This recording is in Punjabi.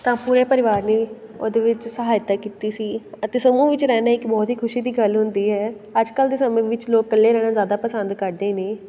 ਤਾਂ ਪੂਰੇ ਪਰਿਵਾਰ ਨੇ ਉਹਦੇ ਵਿੱਚ ਸਹਾਇਤਾ ਕੀਤੀ ਸੀ ਅਤੇ ਸਮੂਹ ਵਿੱਚ ਰਹਿਣਾ ਇੱਕ ਬਹੁਤ ਹੀ ਖੁਸ਼ੀ ਦੀ ਗੱਲ ਹੁੰਦੀ ਹੈ ਅੱਜ ਕੱਲ ਦੇ ਸਮੇਂ ਵਿੱਚ ਲੋਕ ਇਕੱਲੇ ਰਹਿਣਾ ਜ਼ਿਆਦਾ ਪਸੰਦ ਕਰਦੇ ਨੇ